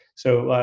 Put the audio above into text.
so,